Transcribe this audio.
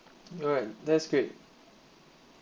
alright that's great